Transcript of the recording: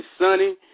sunny